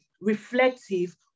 reflective